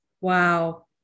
Wow